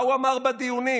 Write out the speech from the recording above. מה הוא אמר בדיונים?